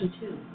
two